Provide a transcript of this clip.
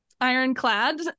ironclad